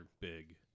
big